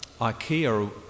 Ikea